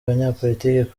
abanyapolitiki